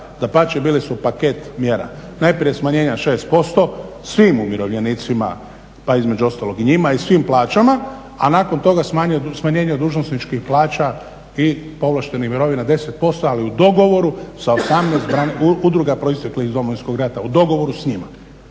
Dapače, bile su paket mjera, najprije smanjenja 6% svim umirovljenicima pa između ostalog i njima i svim plaćama, a nakon toga smanjenje dužnosničkih plaća i povlaštenih mirovina 10% ali u dogovoru sa 18 udruga proisteklih iz Domovinskog rata, u dogovoru s njima